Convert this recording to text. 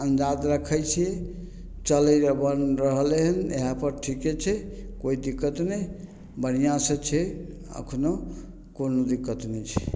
अन्दाज रखय छियै चलि अपन रहलै हँ इएहपर ठीके छै कोइ दिक्कत नहि बढ़िआँसँ छै एखनो कोनो दिक्कत नहि छै